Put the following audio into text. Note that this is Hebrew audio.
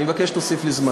אני מבקש שתוסיף לי זמן.